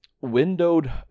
windowed